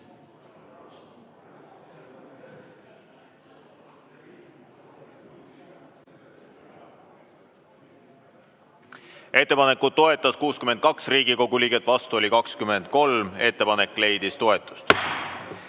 Ettepanekut toetas 62 Riigikogu liiget, vastu oli 23. Ettepanek leidis toetust.